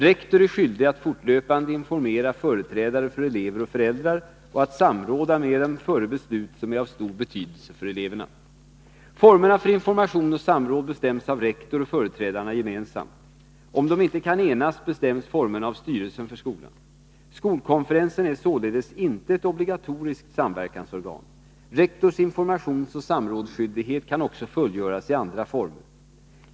Rektor är skyldig att fortlöpande informera företrädare för elever och föräldrar och att samråda med dem före beslut som är av stor betydelse för eleverna. Formerna för information och samråd bestäms av rektor och företrädarna gemensamt. Om de inte kan enas, bestäms formerna av styrelsen för skolan. Skolkonferensen är således inte ett obligatoriskt samverkansorgan. Rektors informationsoch samrådsskyldighet kan också fullgöras i andra former.